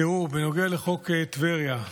תראו, בנוגע לחוק טבריה,